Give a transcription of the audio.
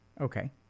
Okay